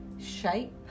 shape